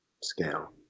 scale